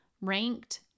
ranked